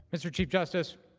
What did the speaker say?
mr. chief justice,